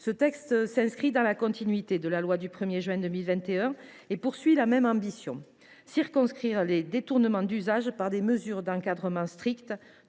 Ce texte s’inscrit dans la continuité de la loi du 1 juin 2021 et a la même ambition : circonscrire les détournements d’usage de ce gaz par des mesures d’encadrement strictes,